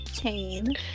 chain